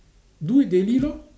do it daily lor